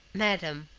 madam,